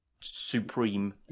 supreme